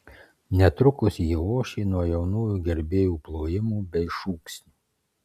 netrukus ji ošė nuo jaunųjų gerbėjų plojimų bei šūksnių